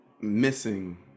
missing